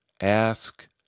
Ask